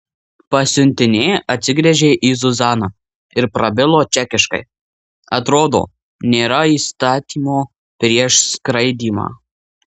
pasiuntinė atsigręžė į zuzaną ir prabilo čekiškai atrodo nėra įstatymo prieš skraidymą